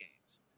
games